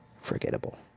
forgettable